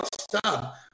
stop